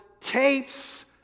tapes